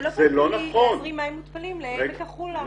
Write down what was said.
לא צריך להזרים מים מותפלים לעמק החולה.